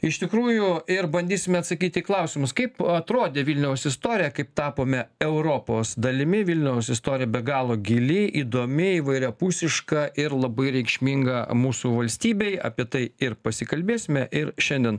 iš tikrųjų ir bandysime atsakyti į klausimus kaip atrodė vilniaus istorija kaip tapome europos dalimi vilniaus istorija be galo gili įdomi įvairiapusiška ir labai reikšminga mūsų valstybei apie tai ir pasikalbėsime ir šiandien